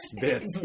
bits